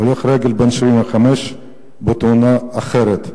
הולך רגל בן 75 בתאונה אחרת,